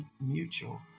mutual